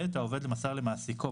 (ב)העובד מסר למעסיקו,